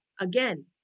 again